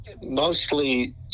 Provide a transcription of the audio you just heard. Mostly